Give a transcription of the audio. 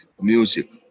music